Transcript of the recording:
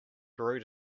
brewed